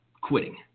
quitting